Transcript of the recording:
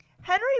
Henry